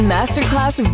Masterclass